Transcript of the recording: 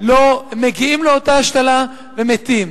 לא מגיעים לאותה השתלה ומתים.